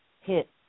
hit